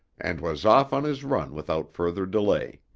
and was off on his run without further delay.